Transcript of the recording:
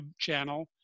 channel